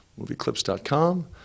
movieclips.com